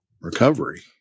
recovery